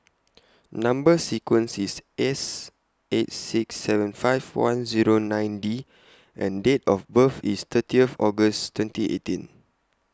Number sequence IS S eight six seven five one Zero nine D and Date of birth IS thirtieth August twenty eighteen